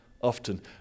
often